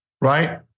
right